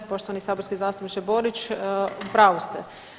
Poštovani saborski zastupniče Borić, u pravu ste.